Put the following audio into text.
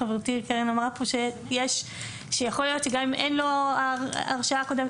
חברתי קרן אמרה פה שיכול להיות שגם אם אין לו הרשעה קודמת,